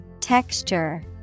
Texture